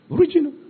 Original